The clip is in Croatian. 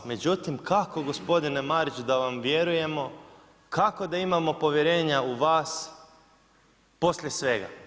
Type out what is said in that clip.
Međutim, kako gospodine Marić da vam vjerujemo, kako da imamo povjerenja u vas poslije svega?